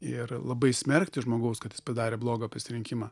ir labai smerkti žmogaus kad jis padarė blogą pasirinkimą